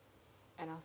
and I was